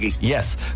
yes